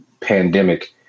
pandemic